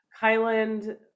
kylan